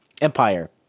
Empire